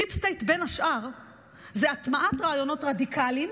דיפ סטייט בין השאר זה הטמעת רעיונות רדיקליים